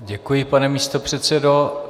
Děkuji, pane místopředsedo.